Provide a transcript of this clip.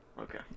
Okay